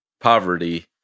poverty